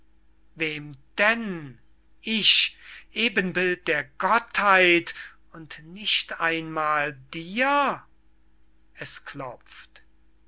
wem denn ich ebenbild der gottheit und nicht einmal dir